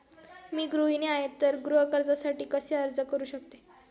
मी गृहिणी आहे तर गृह कर्जासाठी कसे अर्ज करू शकते?